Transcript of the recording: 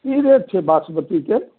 की rate छै वासमती के